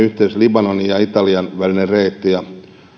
libanonin ja italian välinen reitti